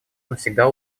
навсегда